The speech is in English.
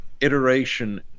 iteration